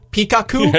Pikachu